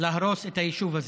להרוס את היישוב הזה,